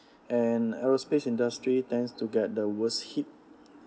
and aerospace industry tends to get the worst hit